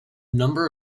number